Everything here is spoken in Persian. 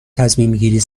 تصمیمگیری